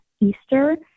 Easter